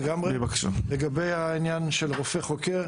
לגבי העניין של רופא חוקר.